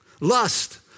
lust